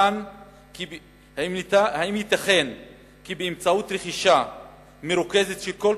האם ייתכן כי באמצעות רכישה מרוכזת של כלל